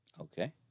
Okay